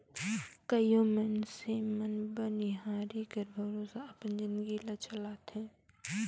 कइयो मइनसे मन बनिहारी कर भरोसा अपन जिनगी ल चलाथें